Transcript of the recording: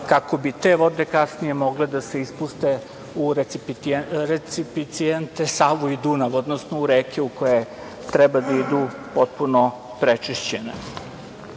kako bi te vode kasnije mogle da se ispuste u recipijente Savu i Dunav, odnosno u reke u koje treba da idu potpuno prečišćene.